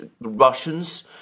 Russians